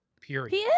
period